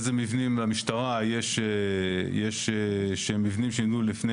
איזה מבנים למשטרה יש שהם מבנים שניבנו לפני